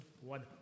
one